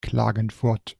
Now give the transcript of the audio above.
klagenfurt